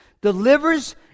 delivers